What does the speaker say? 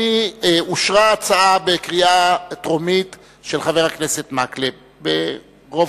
אושרה ההצעה של חבר הכנסת מקלב בקריאה טרומית,